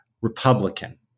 Republican